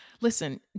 listen